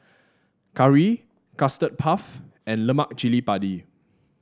curry Custard Puff and Lemak Cili Padi